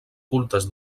cultes